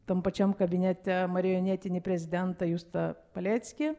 tam pačiam kabinete marionetinį prezidentą justą paleckį